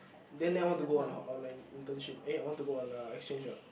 then leh want to go on hol~ online internship eh want to go on uh exchange ah